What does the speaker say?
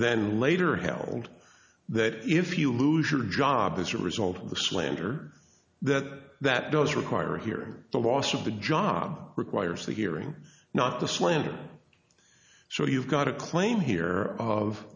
then later held that if you lose your job as a result of the slander that that does require here the loss of the job requires the hearing not the slant so you've got a claim here of